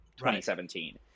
2017